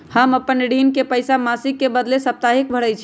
हम अपन ऋण के पइसा मासिक के बदले साप्ताहिके भरई छी